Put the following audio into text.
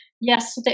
yes